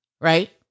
right